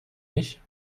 ich